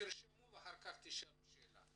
תרשמו ואחר כך תשאלו.